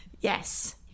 Yes